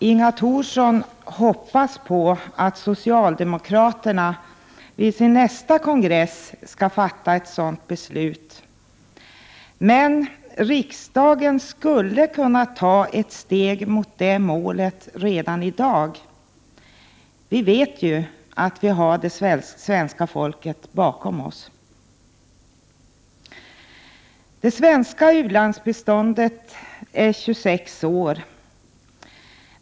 Inga Thorsson hoppas på att socialdemokraterna vid sin nästa kongress skall fatta ett sådant beslut. Men riksdagen skulle kunna ta ett steg mot det målet redan i dag. Vi vet ju att vi har det svenska folket bakom oss. Det svenska u-landsbiståndet är 26 år gammalt.